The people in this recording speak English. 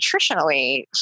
nutritionally